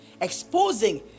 Exposing